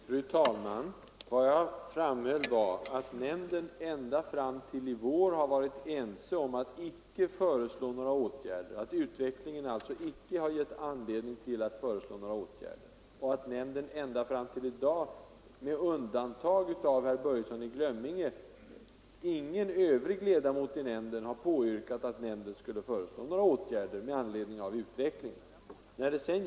Fru talman! Vad jag framhöll var att affärstidsnämnden ända fram till i vår har varit ense om att inte föreslå några åtgärder. Utvecklingen har alltså inte gett nämnden anledning att lägga fram några förslag. Nämnden har varit enig ända tills nu, med undantag av herr Börjesson i Glömminge — ingen annan ledamot av nämnden har yrkat på att nämnden skulle föreslå några åtgärder i anledning av utvecklingen.